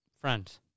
friends